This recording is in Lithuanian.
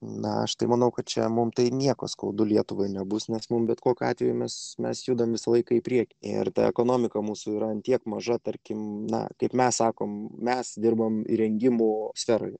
naštai manau kad čia mums tai nieko skaudu lietuvai nebus nes mums bet kokiu atveju mes mes judame visą laiką į priekį ir tą ekonomiką mūsų yra tiek maža tarkim na kaip mes sakome mes dirbame įrengimų sferoje